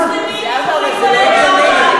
מוסלמים יכולים להתפלל שמה,